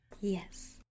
Yes